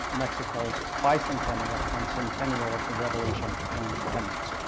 mexico's bicentennial and centennial of the revolution and independence.